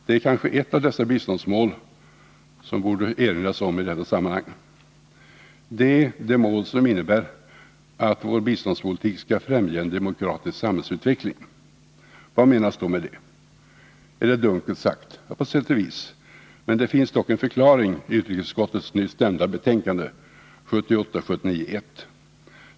Det är kanske ett av dessa biståndsmål som man borde erinra om i detta sammanhang, nämligen det mål som innebär att vår biståndspolitik skall främja en demokratisk samhällsutveckling. Vad menas då med det? Är det dunkelt sagt? Ja, på sätt och vis! Men det finns dock en förklaring i utrikesutskottets nyss nämnda betänkande, 1978/79:1.